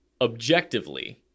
objectively